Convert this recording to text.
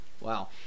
Wow